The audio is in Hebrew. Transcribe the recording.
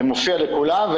זה מופיע לכולם,